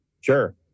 sure